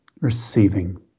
Receiving